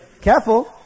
Careful